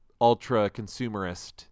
ultra-consumerist